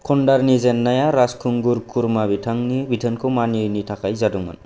कन्धारनि जेननाया राजखुंगुर खुरमा बिथांनि बिथोनखौ मानियैनि थाखाय जादोंमोन